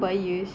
ya